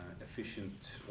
efficient